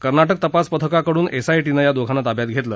कर्नाटक तपास पथकाकडून एसआयटीनं या दोघांना ताब्यात घेतलं